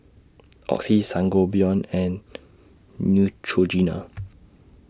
Oxy Sangobion and Neutrogena